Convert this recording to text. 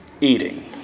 Eating